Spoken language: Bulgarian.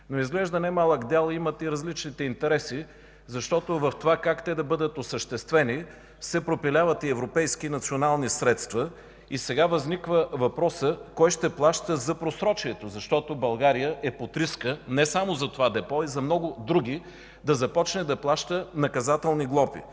обаче немалък дял имат и различните интереси, защото в това как те да бъдат осъществени се пропиляват и европейски, и национални средства и сега възниква въпросът кой ще плаща за просрочието, защото България е под риска не само за това депо, но и за много други да започнат да се плащат наказателни глоби.